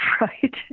Right